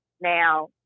Now